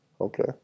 okay